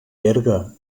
berga